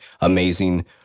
amazing